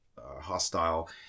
hostile